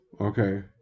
okay